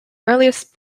earliest